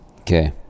Okay